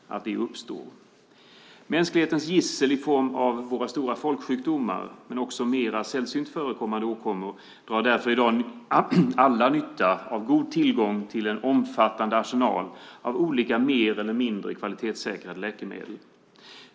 För att kunna behandla mänsklighetens gissel i form av våra stora folksjukdomar, men också mer sällsynt förekommande åkommor, drar vi i dag alla nytta av en god tillgång till en omfattande arsenal av olika mer eller mindre kvalitetssäkrade läkemedel.